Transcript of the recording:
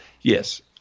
Yes